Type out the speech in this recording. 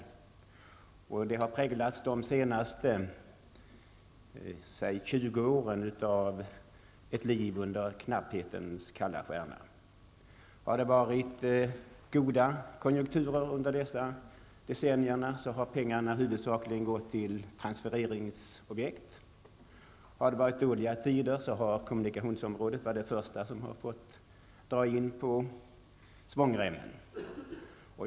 Detta arbete har under de senaste 20 åren präglats av ett liv under knapphetens kalla stjärna. Har det varit goda konjunkturer under dessa decennier har pengarna huvudsakligen gått till transfereringsobjekt, och har det varit dåliga tider har kommunikationsområdet varit det första som fått dra in på svångremmen.